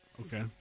okay